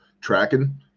Tracking